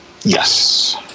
yes